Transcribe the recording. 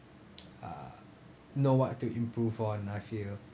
uh know what to improve on I feel